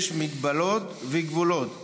יש מגבלות וגבולות,